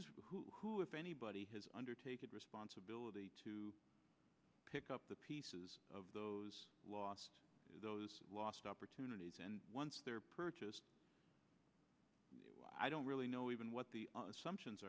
who if anybody has undertaken responsibility to pick up the pieces of those lost those lost opportunities and once they're purchased i don't really know even what the assumptions